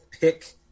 pick